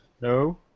No